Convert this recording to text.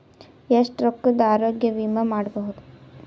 ಎಷ್ಟ ರೊಕ್ಕದ ಆರೋಗ್ಯ ವಿಮಾ ಮಾಡಬಹುದು?